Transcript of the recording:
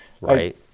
Right